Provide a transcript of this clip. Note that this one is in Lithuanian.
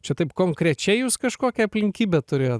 čia taip konkrečiai jūs kažkokią aplinkybę turėjot